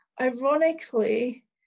Ironically